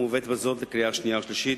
מובאת בזאת לקריאה שנייה ולקריאה שלישית.